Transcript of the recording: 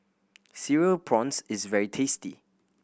Cereal Prawns is very tasty